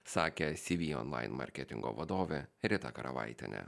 sakė cv online marketingo vadovė rita karavaitienė